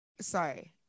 sorry